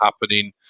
happening